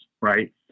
Right